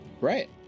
Right